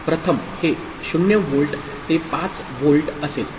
प्रथम हे 0 व्होल्ट ते 5 व्होल्ट असेल बरोबर